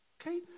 Okay